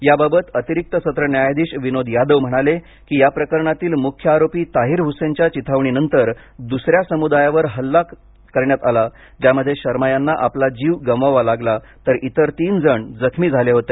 याबाबत अतिरिक्त सत्र न्यायाधीश विनोद यादव म्हणाले की या प्रकरणातील मुख्य आरोपी ताहिर हुसेनच्या चिथावणीनंतर दुसऱ्या समुदायावर हल्ला करण्यात आला ज्यामध्ये शर्मा यांना आपला जीव गमावावा लागला तर इतर तीन जण जखमी झाले होते